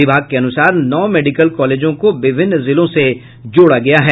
विभाग के अनुसार नौ मेडिकल कॉलेजों को विभिन्न जिलों से जोड़ा गया है